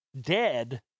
dead